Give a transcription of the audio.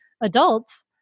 adults